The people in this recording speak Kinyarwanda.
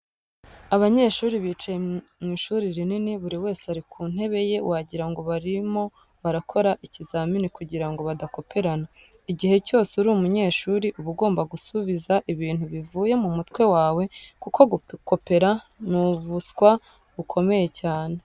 Abanyeshuri bicaye mu ishuri rinini buri wese ari ku ntebe ye wagira ngo barimo barakora ikizamini kugira ngo badakoperana. Igihe cyose uri umunyeshuri uba ugomba gusubiza ibintu bivuye mu mutwe wawe kuko gukopera ni ubuswa bukomeye cyane.